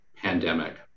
pandemic